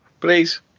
Please